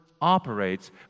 operates